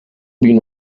been